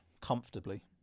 comfortably